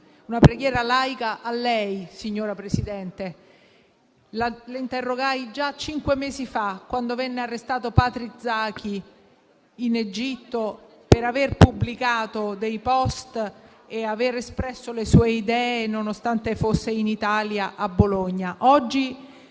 una preghiera laica a lei, signor Presidente. La interrogai già cinque mesi fa, quando venne arrestato Patrick Zaki in Egitto per aver pubblicato dei *post* e aver espresso le sue idee, nonostante fosse in Italia, a Bologna. Oggi